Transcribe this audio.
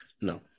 no